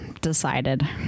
decided